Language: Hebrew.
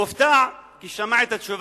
הוא הופתע, כי הוא שמע את התשובה,